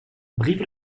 brive